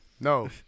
No